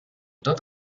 tot